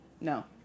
No